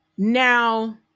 Now